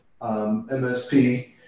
MSP